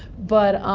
but